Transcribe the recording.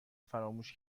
فراموش